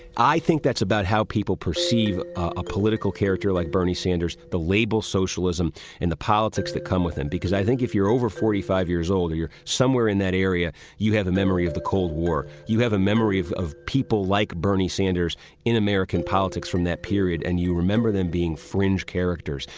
i think that's about how people perceive a political character like bernie sanders, the label socialism and the politics that come with him. because i think if you're over forty five years older, you're somewhere in that area. you have a memory of the cold war. you have a memory of of people like bernie sanders in american politics from that period. and you remember them being fringe characters.